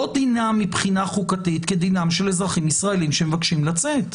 לא דינה מבחינה חוקתית כדינם של אזרחים ישראלים שמבקשים לצאת.